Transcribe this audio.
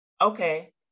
Okay